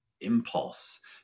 impulse